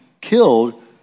killed